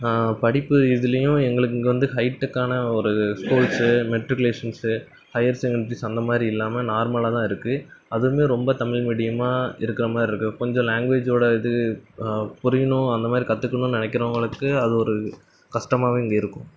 படிப்பு இதுலேயும் எங்களுக்கு இங்கே வந்து ஹைடெக்கான ஒரு ஸ்போர்ட்ஸு மெட்ரிகுலேஷன்ஸு ஹையர் செகேண்ட்ரிஸ் அந்தமாதிரி இல்லாமல் நார்மலாகதான் இருக்குது அதுவந்து ரொம்ப தமிழ் மீடியமாக இருக்கிற மாதிரி இருக்குது கொஞ்சம் லேங்வேஜோடய இது புரியணும் அந்த மாதிரி கற்றுக்குணும்னு நினைக்கறவங்களுக்கு அது ஒரு கஷ்டமாவே இங்கே இருக்கும்